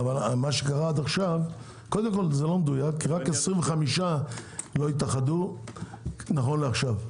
כי רק 25 לא התאחדו נכון לעכשיו.